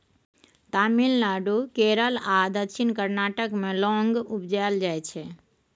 तमिलनाडु, केरल आ दक्षिण कर्नाटक मे लौंग उपजाएल जाइ छै